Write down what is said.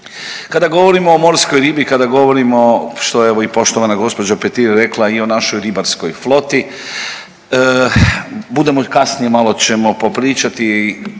Kada govorimo o morskoj ribi, kada govorimo što je evo i poštovana gospođa Petir rekla i o našoj ribarskoj floti, budemo kasnije malo ćemo popričati